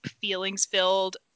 feelings-filled